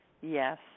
Yes